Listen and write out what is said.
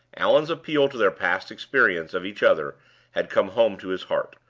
allan's appeal to their past experience of each other had come home to his heart,